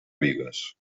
bigues